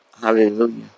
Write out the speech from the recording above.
Hallelujah